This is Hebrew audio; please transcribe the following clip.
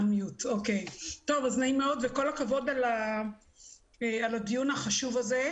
נעים מאוד וכל הכבוד על הדיון החשוב הזה.